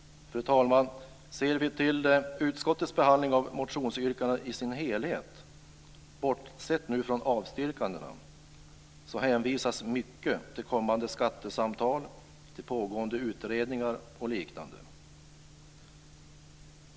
Fru talman! Ser vi till utskottets behandling av motionsyrkandena i sin helhet, bortsett från avstyrkandena, hänvisas mycket till kommande skattesamtal, till pågående utredningar och liknande.